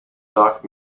dark